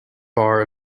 bar